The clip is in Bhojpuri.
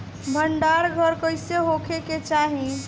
भंडार घर कईसे होखे के चाही?